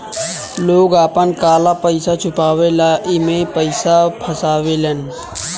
लोग आपन काला पइसा छुपावे ला एमे पइसा फसावेलन